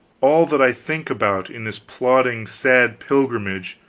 all that i think about in this plodding sad pilgrimage,